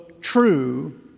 true